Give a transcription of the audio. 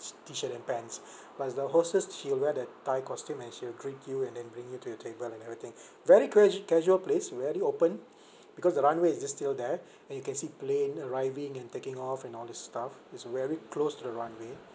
sh~ T-shirt and pants but as the hostess she will wear the thai costume and she'll greet you and then bring you to your table and everything very casua~ casual place very open because the runway is just still there then you can see plane arriving and taking off and all this stuff it's very close to the runway